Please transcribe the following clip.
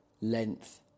length